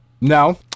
No